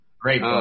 Great